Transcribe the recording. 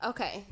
Okay